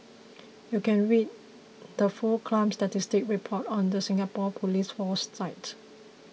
you can read the full crime statistics report on the Singapore police force site